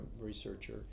researcher